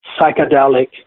psychedelic